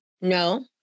No